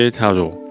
Taro